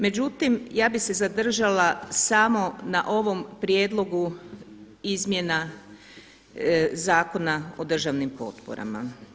Međutim, ja bi se zadržala samo na ovom prijedlogu izmjenama Zakona o državnim potporama.